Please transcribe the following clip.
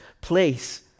place